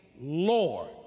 Lord